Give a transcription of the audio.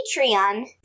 Patreon